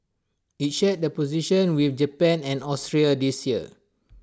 IT shared the position with Japan and Austria this year